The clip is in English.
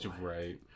Right